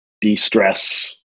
de-stress